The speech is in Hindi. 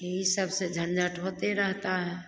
यही सबसे झंझट होते रहेता है